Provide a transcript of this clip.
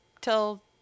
till